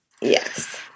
Yes